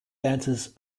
dancers